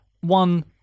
one